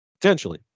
Potentially